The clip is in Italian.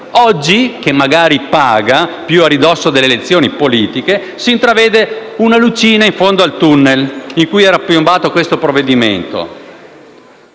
Oggi, che magari paga, più a ridosso delle elezioni politiche, si intravede una lucina in fondo al tunnel in cui era piombato questo provvedimento.